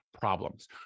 problems